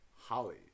holly